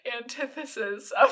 antithesis